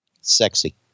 Sexy